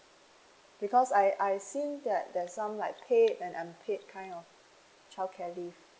because I I seen that there's some like paid and unpaid kind of childcare leave